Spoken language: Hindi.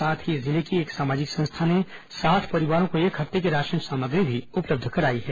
साथ ही जिले की एक सामाजिक संस्था ने साठ परिवारों को एक ह पते की राशन सामग्री भी उपलब्ध कराई है